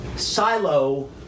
silo